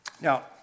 Now